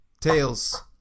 Tails